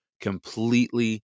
completely